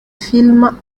films